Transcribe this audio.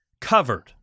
Covered